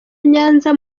nyanza